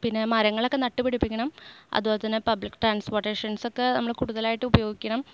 പിന്നെ മരങ്ങളൊക്കെ നട്ടുപിടിപ്പിക്കണം അതുപോലെതന്നെ പബ്ലിക് ട്രാൻസ്പോർട്ടേഷൻസ് ഒക്കെ നമ്മൾ കൂടുതലായിട്ട് ഉപയോഗിക്കണം